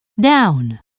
down